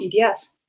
EDS